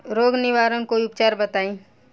रोग निवारन कोई उपचार बताई?